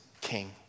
king